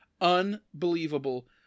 unbelievable